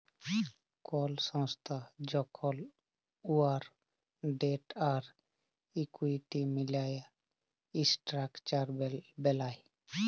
call সংস্থা যখল উয়ার ডেট আর ইকুইটি মিলায় ইসট্রাকচার বেলায়